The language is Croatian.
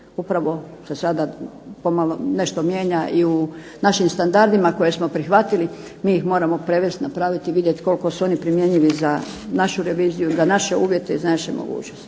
Upravo se sada pomalo nešto mijenja i u našim standardima koje smo prihvatili. Mi ih moramo prevesti, napraviti i vidjeti koliko su oni primjenjivi za našu reviziju, za naše uvjete i za naše mogućnosti.